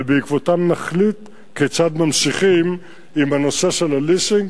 ובעקבותיהן נחליט כיצד ממשיכים עם הנושא של הליסינג.